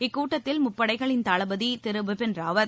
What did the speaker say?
இக்கூட்டத்தில் முப்படைகளின் தளபதி திரு பிபின் ராவத்